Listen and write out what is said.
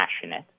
passionate